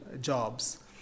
jobs